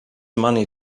money